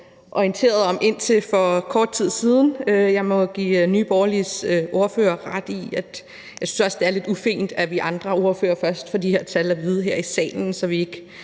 orienteret om indtil for kort tid siden. Jeg må give Nye Borgerliges ordfører ret i, at det er lidt ufint, at vi andre ordførere først får de her tal at vide her i salen, så vi ikke